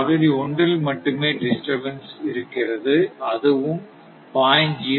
பகுதி ஒன்றில் மட்டுமே டிஸ்டபன்ஸ் இருக்கிறது அதுவும் 0